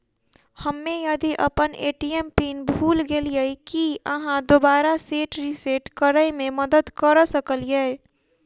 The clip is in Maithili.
हम्मे यदि अप्पन ए.टी.एम पिन भूल गेलियै, की अहाँ दोबारा सेट रिसेट करैमे मदद करऽ सकलिये?